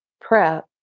prep